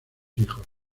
hijos